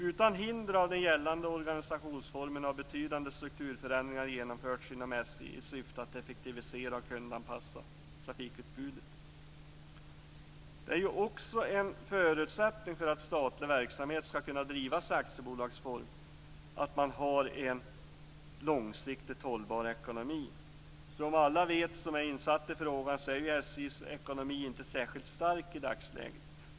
Utan hinder av den gällande organisationsformen har betydande strukturförändringar genomförts inom SJ i syfte att effektivisera och kundanpassa trafikutbudet. En förutsättning för att statlig verksamhet skall kunna drivas i aktiebolagsform är att man har en långsiktigt hållbar ekonomi. Alla som är insatta i frågan vet att SJ:s ekonomi i dagsläget inte är särskilt stark.